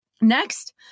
Next